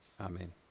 Amen